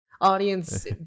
Audience